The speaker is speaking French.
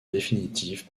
définitive